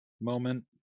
moment